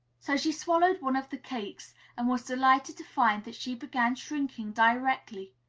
so she swallowed one of the cakes and was delighted to find that she began shrinking directly.